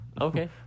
okay